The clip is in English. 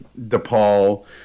DePaul